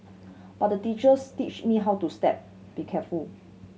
but the teachers teach me how to step be careful